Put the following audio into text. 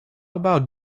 about